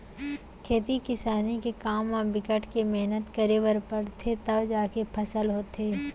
खेती किसानी के काम म बिकट के मेहनत करे बर परथे तव जाके फसल ह होथे